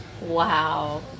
Wow